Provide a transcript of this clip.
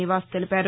నివాస్ తెలిపారు